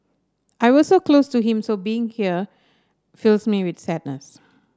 I was so close to him so being here fills me with sadness